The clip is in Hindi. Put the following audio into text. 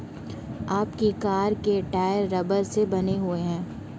आपकी कार के टायर रबड़ से बने हुए हैं